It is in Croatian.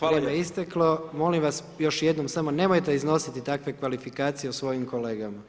Vrijeme je isteklo, molim vas još jednom nemojte iznositi takve kvalifikacije o svojim kolegama.